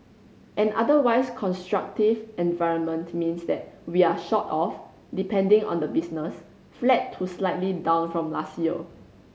an otherwise constructive environment means that we're sort of depending on the business flat to slightly down from last year